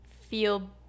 feel